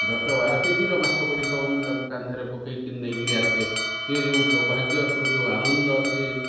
ଦଶ ବାର କେଜିର ମାଛ ପଡ଼ିଥିବ ମୁଁ ତାକୁ କାନ୍ଧରେ ପକେଇକି ନେଇକି ଆସେ ସିଏ ଯେଉଁ ସୌଭାଗ୍ୟ ସେ ଯେଉଁ ଆନନ୍ଦ ସିଏ